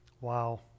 Wow